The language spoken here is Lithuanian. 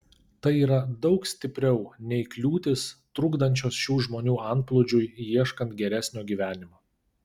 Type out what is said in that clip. tai yra daug stipriau nei kliūtys trukdančios šių žmonių antplūdžiui ieškant geresnio gyvenimo